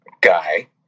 guy